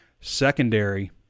Secondary